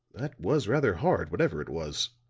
that was rather hard, whatever it was.